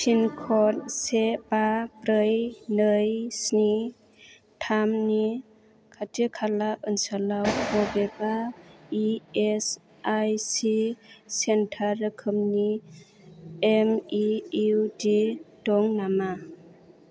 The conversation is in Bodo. पिनकड से बा ब्रै नै स्नि थामनि खाथि खाला ओनसोलाव बबेबा इएसआईसि सेन्टार रोखोमनि एमइइउटि दं नामा